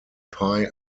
pie